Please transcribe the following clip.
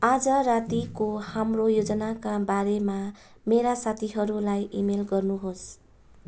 आज रातिको हाम्रो योजनाका बारेमा मेरा साथीहरूलाई इमेल गर्नुहोस्